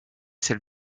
celle